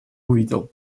увидел